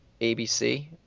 abc